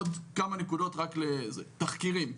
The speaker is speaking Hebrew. לגבי תחקירים,